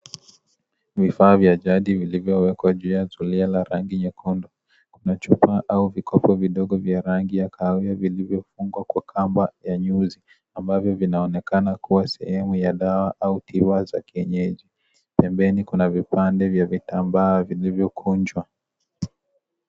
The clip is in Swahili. Vifaa vya jadi vilivyowekwa juu ya zulia la rangi nyekundu, na chupa au vikopo vidogo vya rangi ya kahawia vilivyofungwa kwa kamba ya nyuzi ambavyo vinaonekana kuwa sehemu ya dawa au tiba za kienyeji. Pembeni kuna vipande vya vitambaa vilivyokunjwa.